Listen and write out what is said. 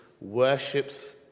worships